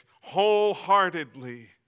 wholeheartedly